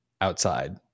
outside